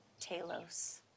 Talos